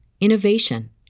innovation